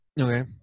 Okay